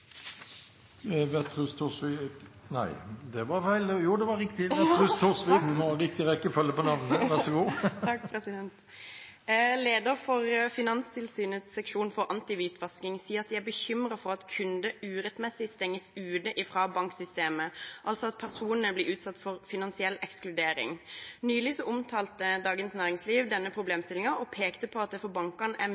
for Finanstilsynets seksjon for antihvitvasking sier at de er bekymret for at kunder urettmessig stenges ute fra banksystemet, altså at personer blir utsatt for finansiell ekskludering. Nylig omtalte Dagens Næringsliv denne problemstillingen og pekte på at det for bankene er